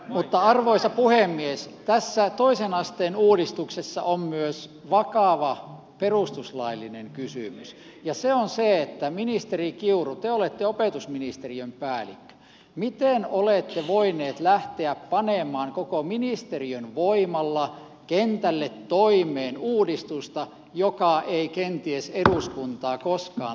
mutta arvoisa puhemies tässä toisen asteen uudistuksessa on myös vakava perustuslaillinen kysymys ja se on se että kun ministeri kiuru te olette opetusministeriön päällikkö miten olette voinut lähteä panemaan koko ministeriön voimalla kentälle toimeen uudistusta joka ei kenties eduskuntaa koskaan läpäise